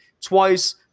twice